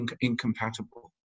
incompatible